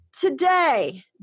today